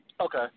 Okay